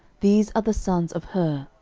these are the sons of hur,